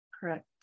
Correct